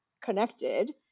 connected